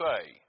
say